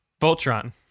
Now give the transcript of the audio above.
Voltron